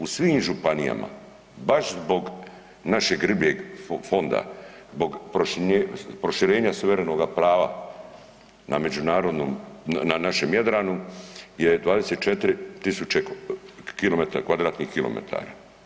U svim županijama baš zbog našeg ribljeg fonda, zbog proširenja suverenoga prava na međunarodnom na našem Jadranu je 24 tisuće kvadratnih kilometara.